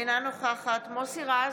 אינה נוכחת מוסי רז,